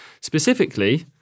specifically